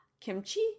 kimchi